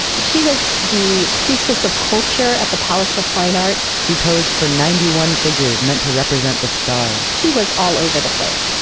she was the priestess of culture at the palace of fine art. she posed for ninety one figures meant to represent the stars she was all over the place.